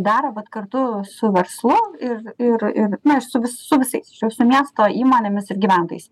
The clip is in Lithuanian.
daro bet kartu su verslu ir ir ir na aš su su visais su su miesto įmonėmis ir gyventojais